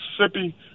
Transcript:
Mississippi